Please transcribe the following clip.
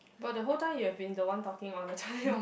but the whole time you have been the one talking all the time